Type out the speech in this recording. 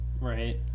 right